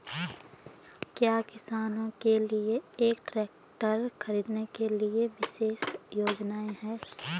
क्या किसानों के लिए ट्रैक्टर खरीदने के लिए विशेष योजनाएं हैं?